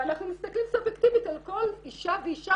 ואנחנו מסתכלים סובייקטיבית על כל אישה ואישה